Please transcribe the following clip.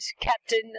Captain